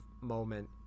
moment